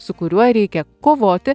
su kuriuo reikia kovoti